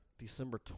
December